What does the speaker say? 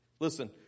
Listen